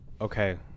Okay